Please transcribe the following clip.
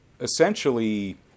essentially